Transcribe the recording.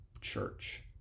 church